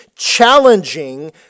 challenging